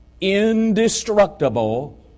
indestructible